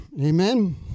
Amen